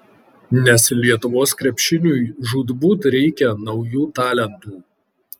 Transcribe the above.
nes lietuvos krepšiniui žūtbūt reikia naujų talentų